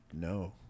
no